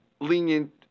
lenient